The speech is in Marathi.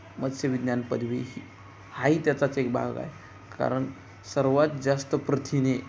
मत्स्यविज्ञान पदवी ही हाही त्याचाच एक भाग आहे कारण सर्वात जास्त प्रथिने